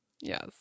Yes